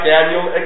Daniel